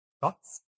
Thoughts